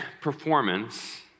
performance